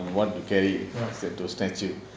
at what you carry it wants to snatch you